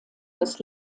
das